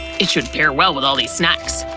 it should pair well with all these snacks.